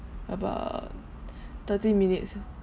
about thirty minutes